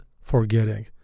forgetting